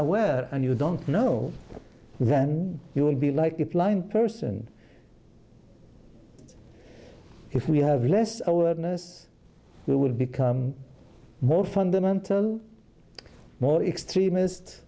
aware and you don't know then you will be like a blind person if we have less awareness we would become more fundamental more extremist